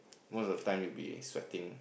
most of the time you'll be sweating